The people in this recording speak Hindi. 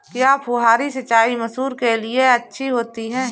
क्या फुहारी सिंचाई मसूर के लिए अच्छी होती है?